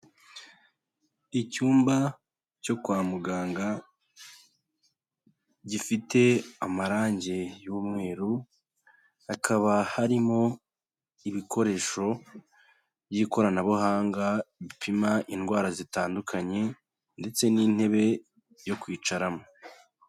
Icyumba cyo kwa muganga, gifite amarange y'umweru, hakaba harimo ibikoresho by'ikoranabuhanga bipima indwara zitandukanye ndetse n'intebe yo kwicaramo.